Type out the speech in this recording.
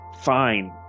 Fine